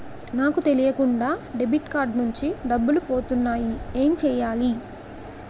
నాకు తెలియకుండా debit card నుంచి డబ్బులు పోతున్నాయి ఎం చెయ్యాలి?